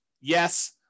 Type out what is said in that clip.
Yes